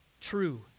true